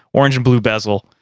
orange and blue bezel,